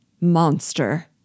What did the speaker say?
Monster